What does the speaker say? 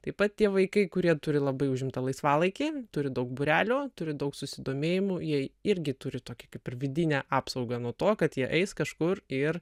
taip pat tie vaikai kurie turi labai užimta laisvalaikį turi daug būrelių turi daug susidomėjimų jie irgi turi tokį kaip ir vidinę apsaugą nuo to kad jie eis kažkur ir